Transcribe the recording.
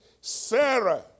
Sarah